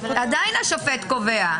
עדיין השופט קובע.